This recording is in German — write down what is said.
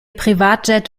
privatjet